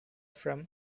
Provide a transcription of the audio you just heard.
from